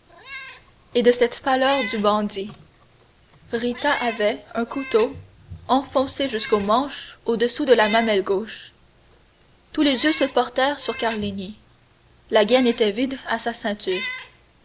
et de cette pâleur du bandit rita avait un couteau enfoncé jusqu'au manche au-dessous de la mamelle gauche tous les yeux se portèrent sur carlini la gaine était vide à sa ceinture